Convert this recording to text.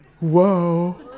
Whoa